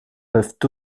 peuvent